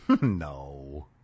No